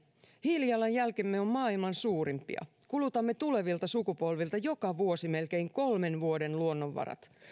hiilijalanjälkemme on maailman suurimpia kulutamme tulevilta sukupolvilta joka vuosi melkein kolmen vuoden luonnonvarat